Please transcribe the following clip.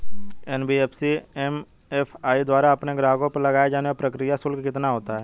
NBFC MFI द्वारा अपने ग्राहकों पर लगाए जाने वाला प्रक्रिया शुल्क कितना होता है?